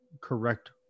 correct